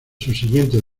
subsiguientes